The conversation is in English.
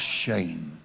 shame